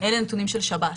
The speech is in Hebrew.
אלה הנתונים של שב"ס.